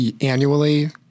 annually